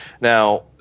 Now